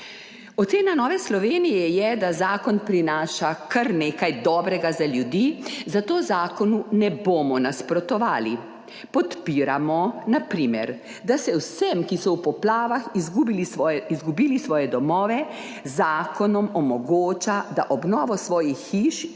Ocena Nove Slovenije je, da zakon prinaša kar nekaj dobrega za ljudi, zato zakonu ne bomo nasprotovali. Podpiramo na primer, da se vsem, ki so v poplavah izgubili svoje, izgubili svoje domove, z zakonom omogoča, da obnovo svojih hiš